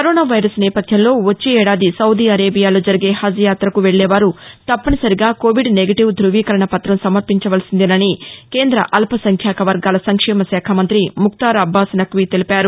corona virus నేపథ్యంలో వచ్చే ఏడాది సౌదీ అరేబియాలో జరిగే హజ్ యాతకు వెళ్లే వారు తప్పనిసరిగా కోవిద్ నెగిటీవ్ ్రువీకరణ పత్రం సమర్పించ వలసిందేనని కేంద అల్ప సంఖ్యాక వర్గాల సంక్షేమ శాఖ మంతి ముక్తార్ అబ్బాస్ నక్వీ తెలిపారు